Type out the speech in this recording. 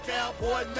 Cowboy